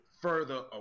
further